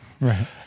right